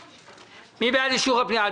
מי בעד אישור הפנייה?